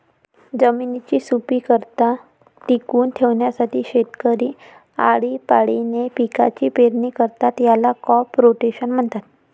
जमिनीची सुपीकता टिकवून ठेवण्यासाठी शेतकरी आळीपाळीने पिकांची पेरणी करतात, याला क्रॉप रोटेशन म्हणतात